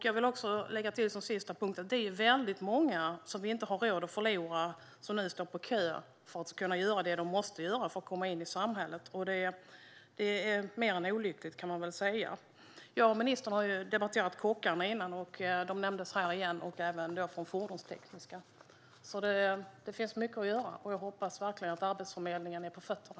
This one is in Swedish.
Jag vill som sista punkt lägga till att det är väldigt många som inte har råd att förlora och som nu står på kö för att få göra det de måste göra för att kunna komma in i samhället. Det är mer än olyckligt, kan man väl säga. Jag och ministern har debatterat kockarna tidigare, och de nämndes här igen. Det gäller även dem från fordonstekniska. Det finns alltså mycket att göra, och jag hoppas verkligen att Arbetsförmedlingen är på tårna.